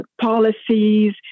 policies